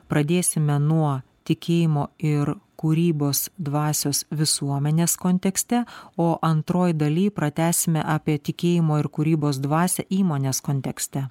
pradėsime nuo tikėjimo ir kūrybos dvasios visuomenės kontekste o antroj daly pratęsime apie tikėjimo ir kūrybos dvasią įmonės kontekste